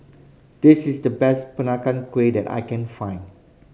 this is the best Peranakan Kueh that I can find